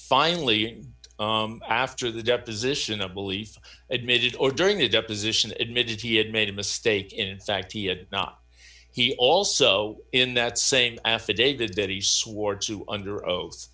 finally after the deposition a belief admitted or during the deposition admitted he had made a mistake in fact he had not he also in that same affidavit that he swore to under oath